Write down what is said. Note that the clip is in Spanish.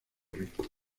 rico